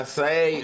נשאי,